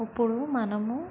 ఇప్పుడు మనము